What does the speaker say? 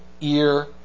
ear